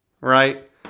right